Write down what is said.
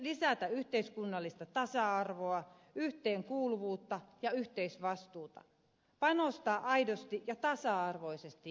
lisätä yhteiskunnallista tasa arvoa yhteenkuuluvuutta ja yhteisvastuuta panostaa aidosti ja tasa arvoisesti ihmisiin